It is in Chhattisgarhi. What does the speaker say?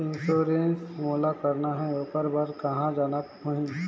इंश्योरेंस मोला कराना हे ओकर बार कहा जाना होही?